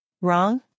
Wrong